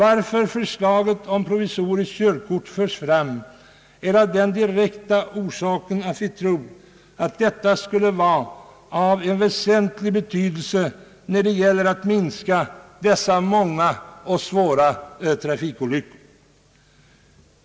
Att förslaget om provisoriskt körkort förts fram har den direkta anledningen att vi tror att ett sådant körkort skulle vara av väsentlig betydelse när det gäller att minska de många och svåra trafikolyckorna.